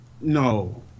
No